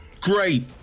great